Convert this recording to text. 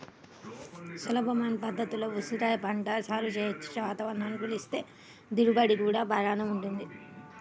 సులభమైన పద్ధతుల్లో ఉసిరికాయల పంట సాగు చెయ్యొచ్చు, వాతావరణం అనుకూలిస్తే దిగుబడి గూడా బాగానే వుంటది